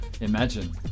Imagine